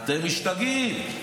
אתם משתגעים,